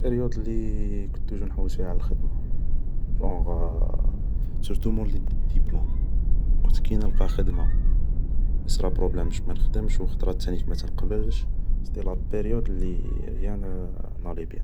باريود اللي كنت توجور نحوس فيها على الخدمة, جونغ سورتو مور اللي ديت ديبلوم, كنت كي نلقى خدمة يصرى بروبلام باش ما نخدمش, و خطرات تانيك ما تنقبلش, سيتي لا باريود اللي غيان نالي بيان